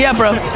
yeah bro.